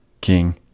king